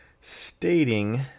stating